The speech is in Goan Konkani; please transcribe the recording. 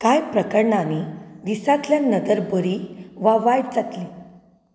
कांय प्रकरणांनी दीसांतल्यान नदर बरी वा वायट जातली